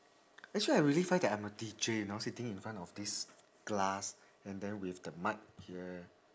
actually I really find that I'm a D_J you know sitting in front of this glass and then with the mic here